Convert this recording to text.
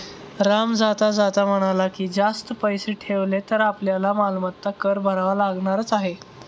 राम जाता जाता म्हणाला की, जास्त पैसे ठेवले तर आपल्याला मालमत्ता कर भरावा लागणारच आहे